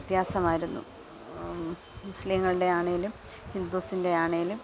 വ്യത്യാസമായിരുന്നു മുസ്ലീങ്ങളുടെ ആണേലും ഹിന്ദുസിൻ്റെ ആണേലും